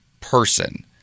person